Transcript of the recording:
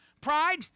Pride